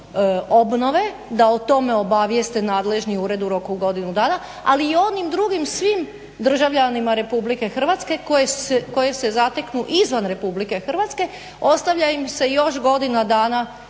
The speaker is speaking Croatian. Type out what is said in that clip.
obnove, da o tome obavijeste nadležni ured u roku od godinu dana ali i onim drugim svim državljanima RH koji se zateknu izvan RH ostavlja im se još godina dana